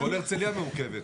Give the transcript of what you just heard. כל הרצליה מעוכבת.